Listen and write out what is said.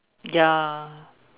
ya